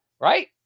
right